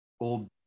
old